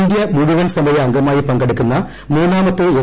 India മുഴുവൻ സമയ അംഗമായി പങ്കെടുക്കുന്ന മൂന്നാമത്തെ എസ്